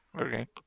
Okay